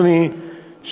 אדוני,